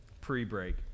pre-break